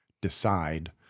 decide